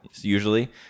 usually